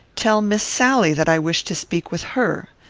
tell miss sally that i wish to speak with her.